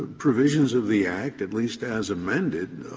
provisions of the act, at least as amended,